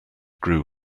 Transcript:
grew